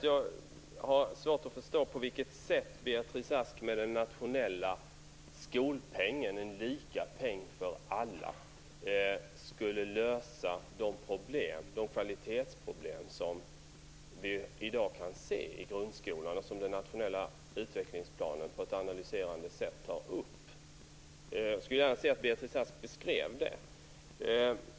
Jag har svårt att förstå på vilket sätt Beatrice Ask med den nationella skolpengen, en lika peng för alla, skulle kunna lösa de kvalitetsproblem som vi ser i grundskolan i dag och som den nationella utvecklingsplanen på ett analyserande sätt tar upp. Jag skulle gärna se att Beatrice Ask beskrev det.